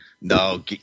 no